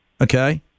Okay